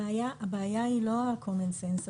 הבעיה היא לא בקומנסנס.